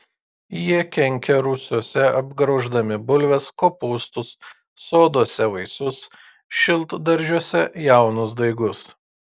jie kenkia rūsiuose apgrauždami bulves kopūstus soduose vaisius šiltadaržiuose jaunus daigus